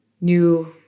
new